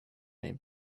may